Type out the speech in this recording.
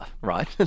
right